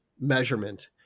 measurement